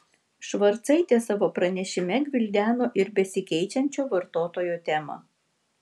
švarcaitė savo pranešime gvildeno ir besikeičiančio vartotojo temą